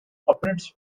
operates